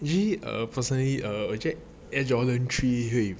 usually personally err air jordan three